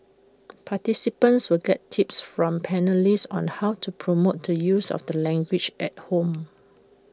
participants will get tips from panellists on how to promote the use of the language at home